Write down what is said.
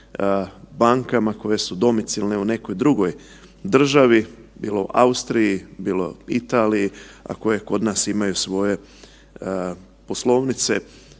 bankama koje su domicilne u nekoj drugoj državi, bilo Austriji, bilo Italiji, a koje kod nas imaju svoje poslovnice.